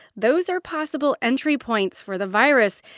those are possible entry points for the virus.